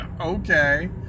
Okay